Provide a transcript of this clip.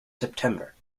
september